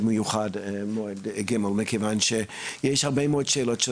מיוחד מועד ג' מכיוון שיש הרבה מאוד שאלות.